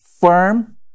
firm